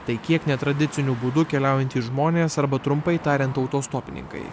tai kiek netradiciniu būdu keliaujantys žmonės arba trumpai tariant autostopininkai